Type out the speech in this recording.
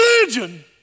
religion